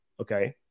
Okay